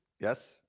Yes